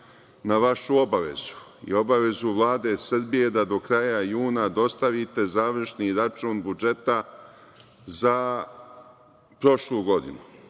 na vašu obavezu i obavezu Vlade Srbije da do kraja juna dostavite završni račun budžeta za prošlu godinu.